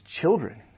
children